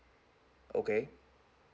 okay